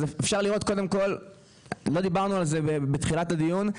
אז אפשר לראות ולא דיברנו על זה בתחילת הדיון,